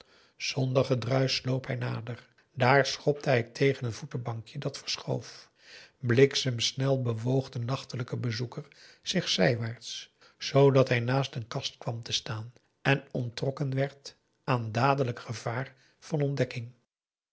zonder gedruisch sloop hij nader daar schopte hij tegen een voetenbankje dat verschoof bliksemsnel bewoog de nachtelijke bezoeker zich zijwaarts zoodat hij naast een kast kwam te staan en onttrokken werd aan dadelijk gevaar van ontdekking